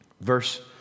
Verse